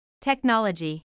Technology